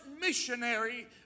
missionary